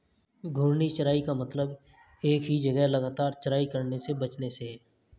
घूर्णी चराई का मतलब एक ही जगह लगातार चराई करने से बचने से है